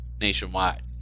nationwide